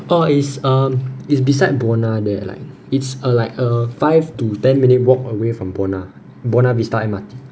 oh it's um it's beside buona there like it's uh like a five to ten minutes walk away from buona buona vista M_R_T